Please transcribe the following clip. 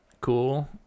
cool